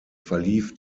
verlief